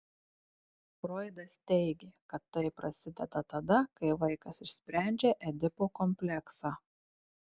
froidas teigė kad tai prasideda tada kai vaikas išsprendžia edipo kompleksą